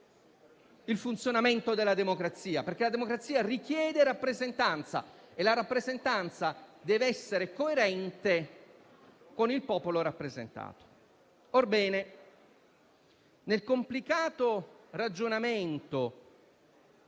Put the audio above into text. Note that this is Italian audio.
il funzionamento della democrazia, perché la democrazia richiede rappresentanza e la rappresentanza deve essere coerente con il popolo rappresentato. Orbene, nel complicato ragionamento